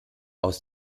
aus